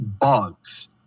bugs